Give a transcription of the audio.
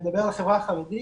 אני מדבר על החברה החרדית,